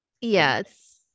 Yes